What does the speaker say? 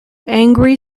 angry